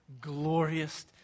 glorious